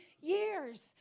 years